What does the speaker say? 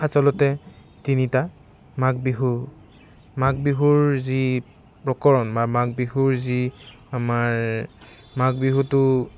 আচলতে তিনিটা মাঘ বিহু মাঘ বিহুৰ যি প্ৰকৰণ বা মাঘ বিহুৰ যি আমাৰ মাঘ বিহুটো